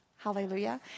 Hallelujah